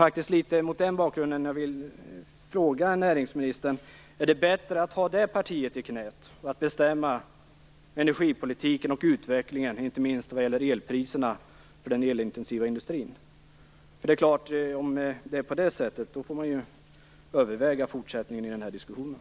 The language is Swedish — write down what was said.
Det är mot den bakgrunden jag vill fråga näringsministern: Är det bättre att ha det partiet i knäet när man skall bestämma energipolitiken och utvecklingen, inte minst när det gäller elpriserna för den elintensiva industrin? Om det är på det sättet får man överväga fortsättningen i den här diskussionen.